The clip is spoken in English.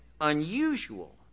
unusual